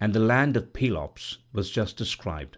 and the land of pelops was just descried